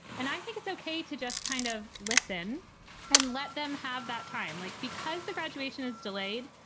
and i think it's ok to just kind of listen and let them have that time, like because the graduation is delayed.